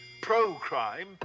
pro-crime